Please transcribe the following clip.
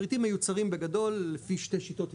פריטים מיוצרים בגדול על פי שתי שיטות עיקריות,